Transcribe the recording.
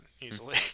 easily